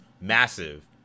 massive